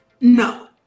No